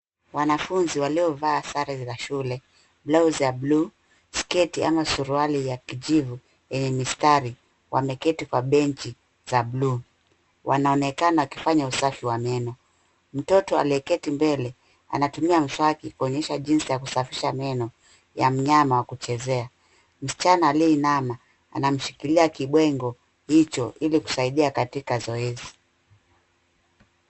Wanafunzi waliyovaa sare za shule, blausi ya buluu, sketi ama suruali ya kijivu yenye mistari, wameketi kwa benchi za buluu. Wanaonekana wakifanya usafi wa meno. Mtoto aliyeketi mbele anatumia mswaki kuonyesha jinsi ya kusafisha meno ya mnyama wa kuchezea. Msichana aliyeinama anamshikilia kibwengo hicho ilikusaidia katika zoezi.